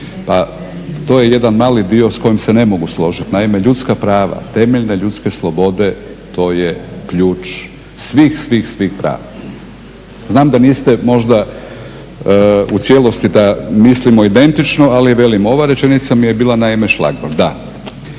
To je jedan mali dio s kojim se ne mogu složiti. Naime, ljudska prava, temeljne ljudske slobode, to je ključ svih, svih, svih prava. Znam da niste možda u cijelosti da mislimo identično, ali velim, ova rečenica mi je bila naime …, da.